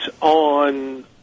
on